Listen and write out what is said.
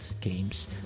games